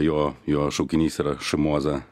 jo jo šaukinys yra šmoza